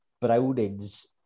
brownings